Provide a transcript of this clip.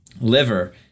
liver